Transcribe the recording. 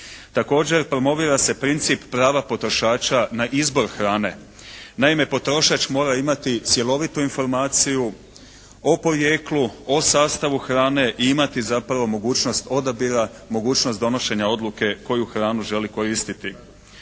Također, promovira se princip prava potrošača na izbor hrane. Naime, potrošač mora imati cjelovitu informaciju o porijeklu, o sastavu hrane i imati zapravo mogućnost odabira, mogućnost donošenja odluke koju hranu želi koristiti.